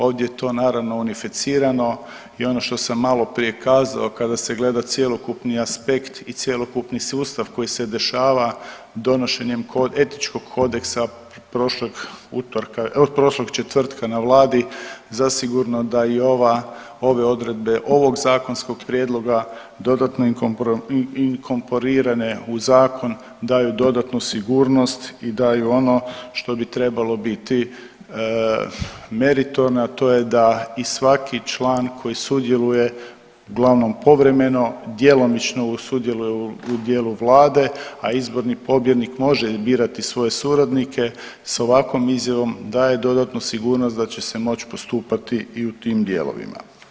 Ovdje to naravno unificirano i ono što sam maloprije kazao kada se gleda cjelokupni aspekt i cjelokupni sustav koji se dešava donošenjem etičkog kodeksa prošlog utorka, prošlog četvrtka na vladi, zasigurno da i ove odredbe ovog zakonskog prijedloga dodatno inkorporirane u zakon daju dodatnu sigurnost i daju ono što bi trebalo biti meritorno, a to je da i svaki član koji sudjeluje uglavnom povremeno, djelomično sudjeluje u dijelu vlade, a izborni pobjednik može birati svoje suradnike sa ovakvom izjavom daje dodatnu sigurno da će se moć postupati i u tim dijelovima.